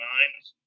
Mines